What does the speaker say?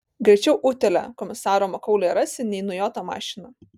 greičiau utėlę komisaro makaulėje rasi nei nujotą mašiną